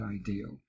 ideal